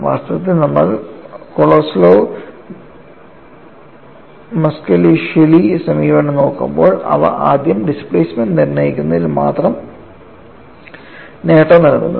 വാസ്തവത്തിൽ നമ്മൾ Kolosov Muskhelishvili സമീപനം നോക്കുമ്പോൾ അവ ആദ്യം ഡിസ്പ്ലേസ്മെൻറ് നിർണ്ണയിക്കുന്നതിൽ മാത്രം നേട്ടം നൽകുന്നു